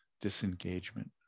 disengagement